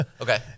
Okay